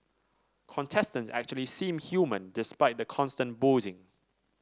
contestants actually seem human despite the constant boozing